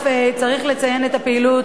צריך אף לציין את הפעילות,